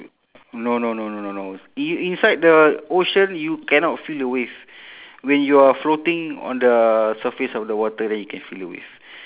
no no no no no no you inside the ocean you cannot feel the wave when you are floating on the surface of the water then you can feel the wave